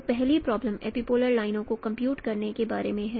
तो पहली problem epipolar लाइनों को कंप्यूट करने के बारे में है